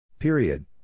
Period